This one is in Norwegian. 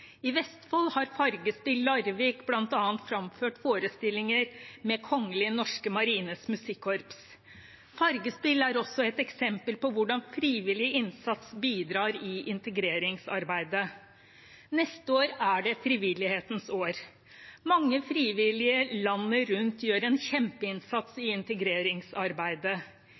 I Vestfold har Fargespill Larvik bl.a. framført forestillinger sammen med Kongelige norske marines musikkorps. Fargespill er også et eksempel på hvordan frivillig innsats bidrar i integreringsarbeidet. Neste år er det frivillighetens år. Mange frivillige landet rundt gjør en kjempeinnsats i integreringsarbeidet.